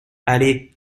allez